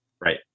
Right